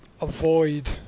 avoid